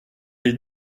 est